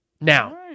Now